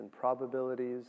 probabilities